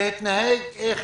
איך